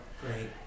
Great